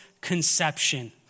conception